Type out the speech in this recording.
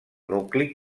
nucli